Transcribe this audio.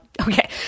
Okay